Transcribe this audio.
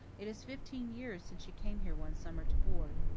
it is fifteen years since she came here one summer to board.